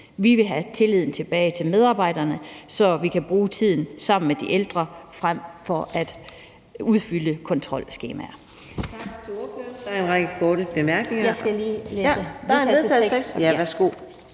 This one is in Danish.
Vi vil have tilliden til medarbejderne tilbage, så de kan bruge tiden sammen med de ældre frem for at udfylde kontrolskemaer.